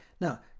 Now